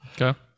Okay